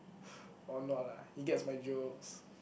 or not lah he gets my jokes